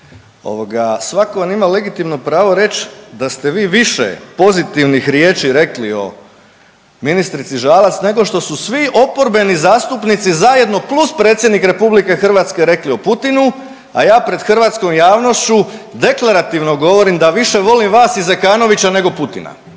nekako svatko ima legitimno pravo reći da ste vi više pozitivnih riječi rekli o ministrici Žalac nego što su svi oporbeni zastupnici zajedno plus predsjednik Republike Hrvatske rekli o Putinu, a ja pred hrvatskom javnošću deklarativno govorim da više volim vas i Zekanovića nego Putina.